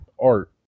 art